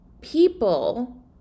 people